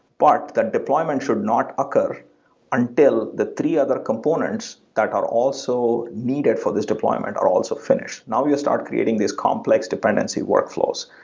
but that deployment should not occur until the three other components that are also needed for this deployment are also finished. now we start creating these complex dependency workflows,